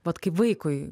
vat kaip vaikui